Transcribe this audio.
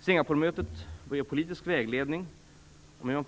Singaporemötet bör ge politisk vägledning om